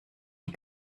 die